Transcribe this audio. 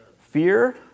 Fear